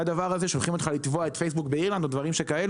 שולחים אותך לתבוע את פייסבוק באירלנד, למשל.